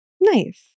Nice